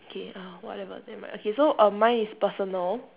okay uh whatever never mind okay so err mine is personal